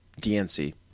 DNC